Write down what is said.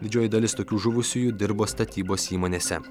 didžioji dalis tokių žuvusiųjų dirbo statybos įmonėse